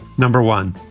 number one,